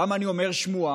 למה אני אומר "שמועה"?